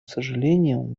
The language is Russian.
сожалением